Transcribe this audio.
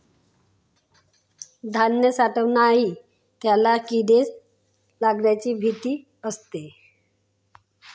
धान्य साठवतानाही त्याला किडे लागण्याची भीती असते